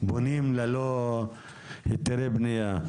בונים ללא היתרי בנייה.